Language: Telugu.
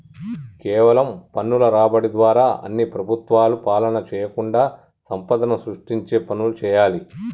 కేవలం పన్నుల రాబడి ద్వారా అన్ని ప్రభుత్వాలు పాలన చేయకుండా సంపదను సృష్టించే పనులు చేయాలి